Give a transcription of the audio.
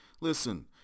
Listen